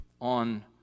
on